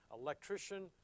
electrician